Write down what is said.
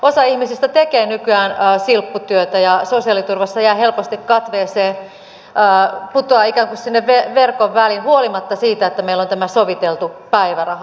osa ihmisistä tekee nykyään silpputyötä ja sosiaaliturvassa jää helposti katveeseen putoaa ikään kuin sinne verkon väliin huolimatta siitä että meillä on tämä soviteltu päiväraha